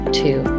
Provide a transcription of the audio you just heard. two